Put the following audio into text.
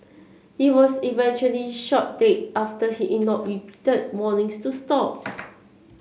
he was eventually shot dead after he ignored repeated warnings to stop